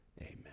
Amen